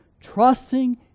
Trusting